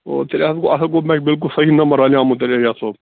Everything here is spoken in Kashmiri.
او تیٚلہِ اَصٕل گوٚو مےٚ چھُ بلکُل صحیح نبمر رلیومُت تیٚلہِ ایجاز صٲب